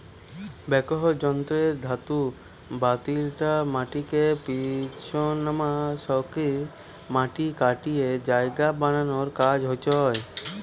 backhoe যন্ত্র রে ধাতু বালতিটা মাটিকে পিছনমা সরিকি মাটি কাটিকি জায়গা বানানার কাজ হয়